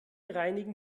reinigen